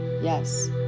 yes